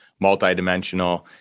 multidimensional